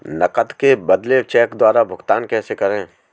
नकद के बदले चेक द्वारा भुगतान कैसे करें?